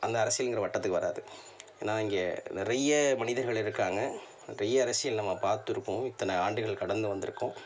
அந்த அரசியலுங்கிற வட்டத்துக்கு வராது நான் இங்கே நிறைய மனிதர்கள் இருக்காங்க நிறைய அரசியல் நம்ம பார்த்துருப்போம் இத்தனை ஆண்டுகள் கடந்து வந்திருக்கோம்